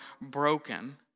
broken